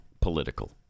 political